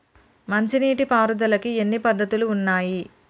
మంచి నీటి పారుదలకి ఎన్ని పద్దతులు ఉన్నాయి?